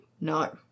No